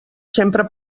sempre